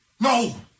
No